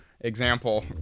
example